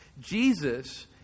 Jesus